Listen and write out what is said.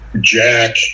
Jack